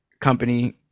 company